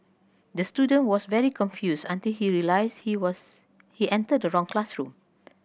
the student was very confused until he realised he was he entered the wrong classroom